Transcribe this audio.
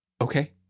Okay